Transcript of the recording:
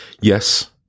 Yes